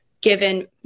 given